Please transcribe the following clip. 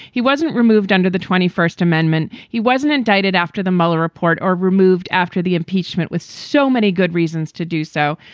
he wasn't removed under the twenty first amendment. he wasn't indicted after the mueller report are removed after the impeachment with so many good reasons to do so.